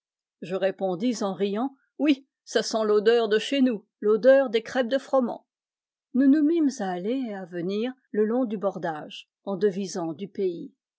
je répondis en riant oui ça sent l'odeur de chez nous l'odeur des crêpes de froment nous nous mîmes à aller et à venir le long du bordage en devisant du pays